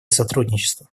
сотрудничества